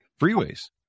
freeways